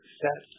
set